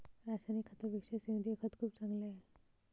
रासायनिक खतापेक्षा सेंद्रिय खत खूप चांगले आहे